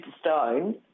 stone